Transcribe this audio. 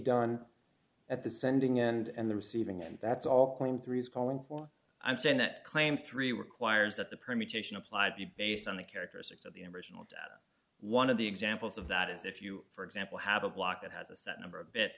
done at the sending end and the receiving end that's all point three i'm saying that claim three requires that the permutation applied be based on the characteristics of the m original data one of the examples of that is if you for example have a block that has a set number of bit